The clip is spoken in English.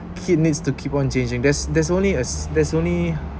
kid needs to keep on changing there's there's only a there's only